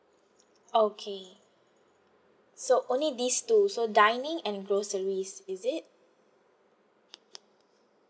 okay so only these two so dining and groceries is it